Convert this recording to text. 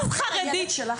(אומרת דברים בשפת הסימנים,